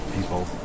people